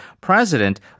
president